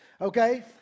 Okay